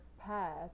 path